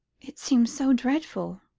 it seems so dreadful,